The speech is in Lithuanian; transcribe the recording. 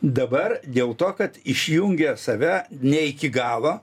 dabar dėl to kad išjungė save ne iki galo